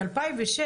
ב-2006,